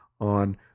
on